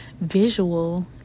visual